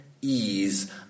ease